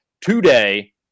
Today